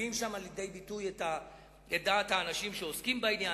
מביאים שם לידי ביטוי את דעת האנשים שעוסקים בעניין,